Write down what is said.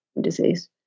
disease